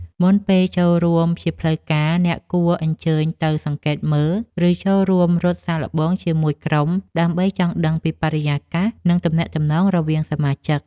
មុនពេលចូលរួមជាផ្លូវការ អ្នកគួរអញ្ជើញទៅសង្កេតមើល ឬចូលរួមរត់សាកល្បងជាមួយក្រុម ដើម្បីចង់ដឹងពីបរិយាកាស និងទំនាក់ទំនងរវាងសមាជិក។